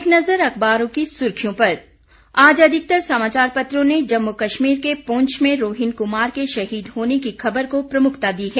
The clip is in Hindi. एक नज़र अखबारों की सुर्खियों पर आज अधिकतर समाचार पत्रों ने जम्मू कश्मीर के पुंछ में रोहिन कुमार के शहीद होने की खबर को प्रमुखता दी है